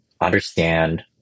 understand